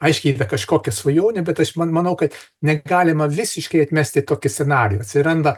aiškiai kažkokia svajonė bet aš man manau kad negalima visiškai atmesti tokį scenarijų atsiranda